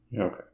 Okay